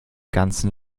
ganzen